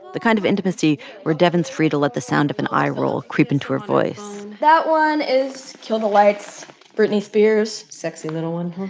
the kind of intimacy where devyn's free to let the sound of an eye roll creep into her voice that one is kill the lights britney spears sexy, little one